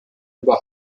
über